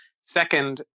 Second